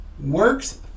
works